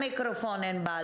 (הישיבה נפסקה בשעה 10:37 ונתחדשה בשעה 10:42.)